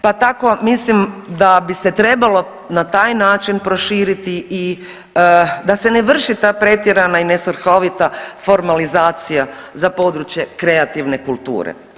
Pa tko mislim da bi se trebalo na taj način proširiti i da se ne vrši ta pretjerana i nesvrhovita formalizacija za područje kreativne kulture.